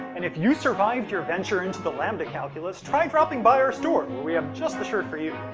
and if you survived your venture into the lambda calculus, try dropping by our store, where we have just the shirt for you!